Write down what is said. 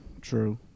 true